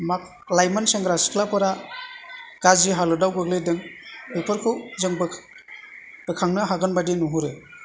लाइमोन सेंग्रा सिख्लाफोरा गाज्रि हालोदाव गोग्लैदों बेफोरखौ जों बो बोखांनो हागोन बादि नुहुरो